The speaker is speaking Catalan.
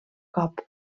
cop